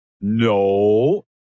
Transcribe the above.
No